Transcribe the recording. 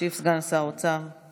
ישיב סגן שר האוצר איציק כהן.